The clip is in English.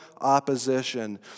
opposition